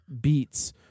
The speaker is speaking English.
beats